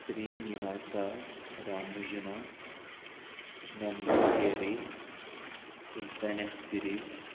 Srinivasa Ramanujan number theory infinite series